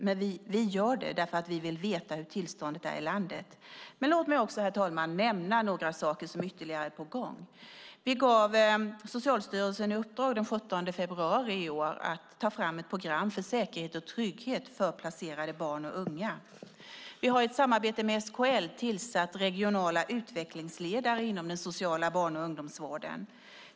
Men vi gör det därför att vi vill veta hur tillståndet i landet är. Herr talman! Låt mig också nämna några ytterligare saker som är på gång. Vi gav Socialstyrelsen i uppdrag den 17 februari i år att ta fram ett program för säkerhet och trygghet för placerade barn och unga. Vi har i ett samarbete med SKL tillsatt regionala utvecklingsledare inom den sociala barn och ungdomsvården.